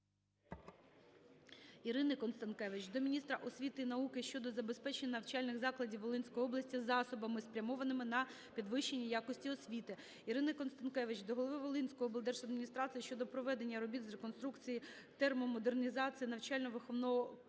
Ірини Констанкевич до міністра освіти і науки щодо забезпечення навчальних закладів Волинської області засобами, спрямованими на підвищення якості освіти. Ірини Констанкевич до голови Волинської облдержадміністрації щодо проведення робіт з реконструкції (термомодернізації) навчально-виховного комплексу